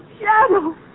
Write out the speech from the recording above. Shadow